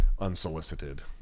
unsolicited